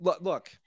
Look